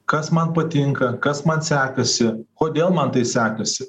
kas man patinka kas man sekasi kodėl man tai sekasi